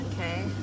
Okay